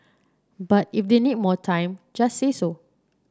but if they need more time just say so